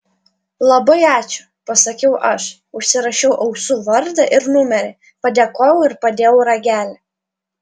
labai ačiū pasakiau aš užsirašiau ausų vardą ir numerį padėkojau ir padėjau ragelį